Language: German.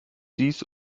siehst